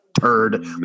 turd